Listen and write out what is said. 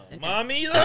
Mommy